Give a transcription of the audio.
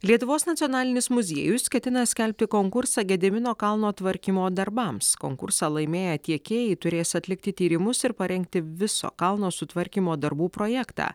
lietuvos nacionalinis muziejus ketina skelbti konkursą gedimino kalno tvarkymo darbams konkursą laimėję tiekėjai turės atlikti tyrimus ir parengti viso kalno sutvarkymo darbų projektą